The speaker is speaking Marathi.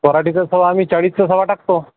पराठीचा सवा आम्ही चाळीसचा सवा टाकतो